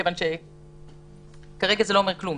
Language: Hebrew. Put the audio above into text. כיוון שכרגע זה לא אומר כלום.